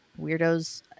weirdos